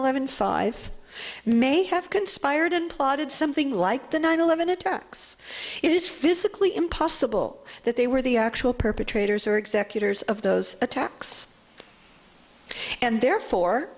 eleven five may have conspired plotted something like the nine eleven attacks it is physically impossible that they were the actual perpetrators or executors of those attacks and therefore